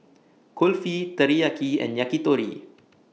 Kulfi Teriyaki and Yakitori